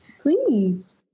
Please